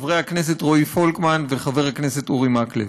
חבר הכנסת רועי פולקמן וחבר הכנסת אורי מקלב.